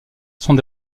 sont